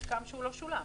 מוסכם שהוא לא שולם.